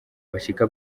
bashika